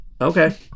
Okay